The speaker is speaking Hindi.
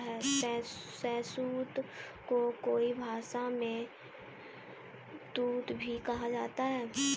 शहतूत को कई भाषाओं में तूत भी कहा जाता है